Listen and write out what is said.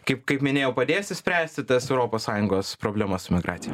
kaip kaip minėjau padės išspręsti tas europos sąjungos problemas su migracija